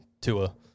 Tua